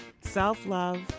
self-love